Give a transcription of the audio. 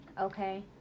okay